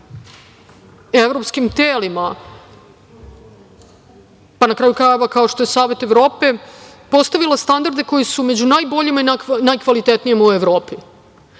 evropskim telima, pa na kraju krajeva, kao što je Savet Evrope, postavila standarde koji su među najboljima i najkvalitetnijim u Evropi.